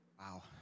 Wow